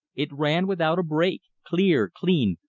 it ran without a break, clear, clean,